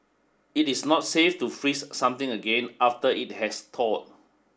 it is not safe to freeze something again after it has thawed